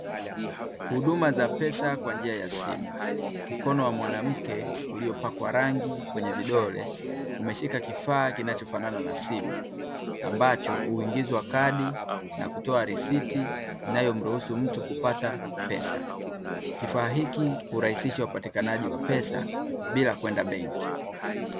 Huduma za pesa kwa njia ya simu. Mkono wa mwanamke uliopakwa rangi kwenye vidole umeshika kifaa kinacho fanana na simu, ambacho huingizwa kadi na kutoa risiti inayo mruhusu mtu kupata pesa. Kifaa hiki hurahisisha upatikanaji wa pesa bila kwenda benki.